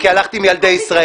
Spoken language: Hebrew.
כי הלכתי עם ילדי ישראל.